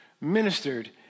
ministered